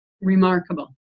remarkable